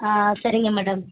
ஆ சரிங்க மேடம்